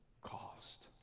caused